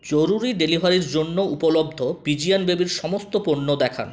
জরুরি ডেলিভারির জন্য উপলব্ধ পিজিয়ন বেবির সমস্ত পণ্য দেখান